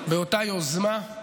באותה יוזמה,